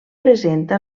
presenta